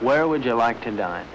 where would you like to die